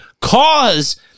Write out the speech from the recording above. cause